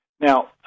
Now